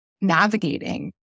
navigating